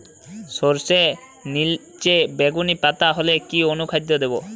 সরর্ষের নিলচে বেগুনি পাতা হলে কি অনুখাদ্য দেবো?